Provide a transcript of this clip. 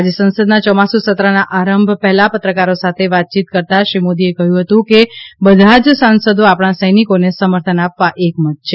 આજે સંસદના ચોમાસુ સત્રના આરંભ પહેલાં પત્રકારો સાથે વાતચીત કરતાં શ્રી મોદીએ કહ્યું હતું કે બધા જ સાંસદો આપણા સૈનિકોને સમર્થન આપવા એકમત છે